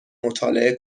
مطالعه